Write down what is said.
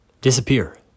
disappear